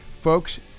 Folks